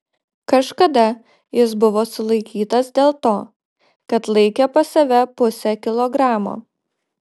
kažkada jis buvo sulaikytas dėl to kad laikė pas save pusę kilogramo